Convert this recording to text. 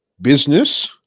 business